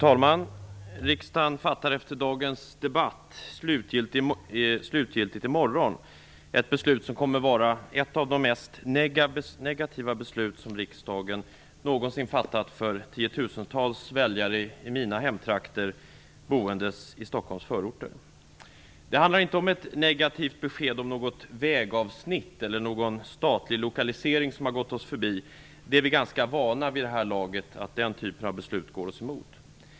Fru talman! Efter dagens debatt fattar riksdagen i morgon slutgiltigt ett beslut som kommer att vara ett av de mest negativa någonsin för tiotusentals väljare i mina hemtrakter i Stockholms förorter. Det handlar inte om ett negativt besked om något vägavsnitt eller om någon statlig lokalisering som gått oss förbi. Att den typen av beslut går oss emot är vi vid det här laget ganska vana vid.